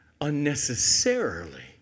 unnecessarily